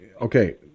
okay